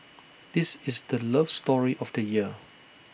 this is the love story of the year